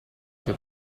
che